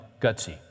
gutsy